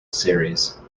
series